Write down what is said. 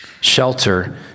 shelter